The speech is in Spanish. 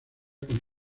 con